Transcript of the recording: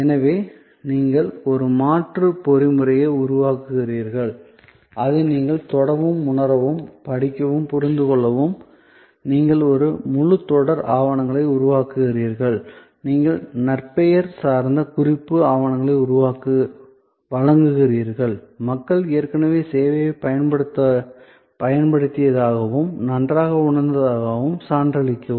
எனவே நீங்கள் ஒரு மாற்று பொறிமுறையை உருவாக்குகிறீர்கள் அதை நீங்கள் தொடவும் உணரவும் படிக்கவும் புரிந்து கொள்ளவும் நீங்கள் ஒரு முழு தொடர் ஆவணங்களை உருவாக்குகிறீர்கள் நீங்கள் நற்பெயர் சார்ந்த குறிப்பு ஆவணங்களை வழங்குகிறீர்கள் மக்கள் ஏற்கனவே சேவையைப் பயன்படுத்தியதாகவும் நன்றாக உணர்ந்ததாகவும் சான்றளிக்கவும்